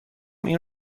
این